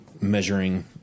measuring